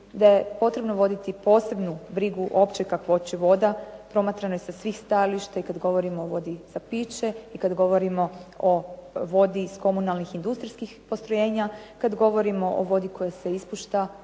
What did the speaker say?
da je potrebno voditi posebnu brigu o općoj kakvoći voda promatranoj sa svih stajališta i kad govorimo o vodi za piće i kad govorimo o vodi iz komunalnih industrijskih postrojenja, kad govorimo o vodi koja se ispušta